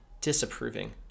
disapproving